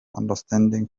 understanding